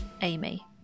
Amy